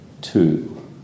two